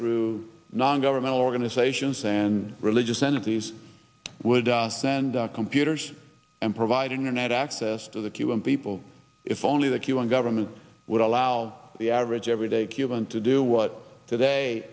through non governmental organizations and religious entities would send computers and providing a net access to the cuban people if only the cuban government would allow the average everyday cuban to do what today